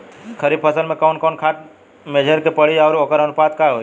खरीफ फसल में कवन कवन खाद्य मेझर के पड़ी अउर वोकर अनुपात का होई?